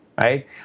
Right